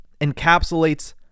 encapsulates